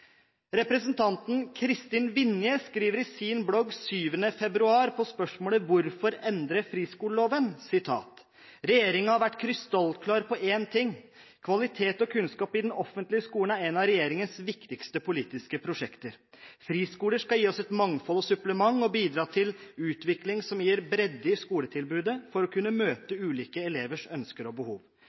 Representanten Kristin Vinje skriver på sin blogg 7. februar som svar på spørsmålet: Hvorfor endre friskoleloven? «Regjeringen har vært krystallklar på én ting: Kvalitet og kunnskap i den offentlige skolen er en av regjeringens viktigste politiske prosjekter. Friskoler skal gi oss mangfold og supplement og bidra til utvikling som gir bredde i skoletilbudet for å kunne møte de ulike elevers ønsker og behov.